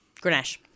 Grenache